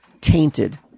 tainted